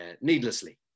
Needlessly